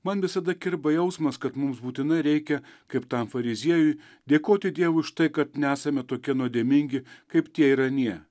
man visada kirba jausmas kad mums būtinai reikia kaip tam fariziejui dėkoti dievui už tai kad nesame tokie nuodėmingi kaip tie ir anie